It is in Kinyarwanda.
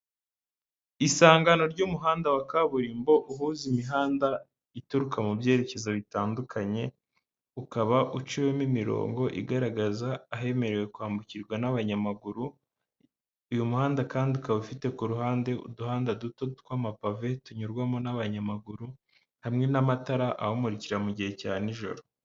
Isangano ry'umuhanda wa kaburimbo uhuza imihanda ituruka mu byerekezo bitandukanye, ukaba uciwemo imirongo igaragaza ahemerewe kwambukirwa n'abanyamaguru, uyu muhanda kandi ukaba ufite ku ruhande uduhanda duto tw'amapave tunyurwamo n'abanyamaguru, hamwe n'amatara awumurikira mu gihe cya nijoro.